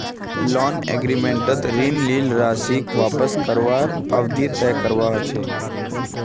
loan एग्रीमेंटत ऋण लील राशीक वापस करवार अवधि तय करवा ह छेक